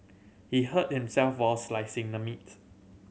he hurt himself while slicing the meat